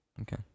Okay